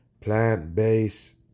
plant-based